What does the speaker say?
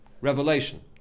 revelation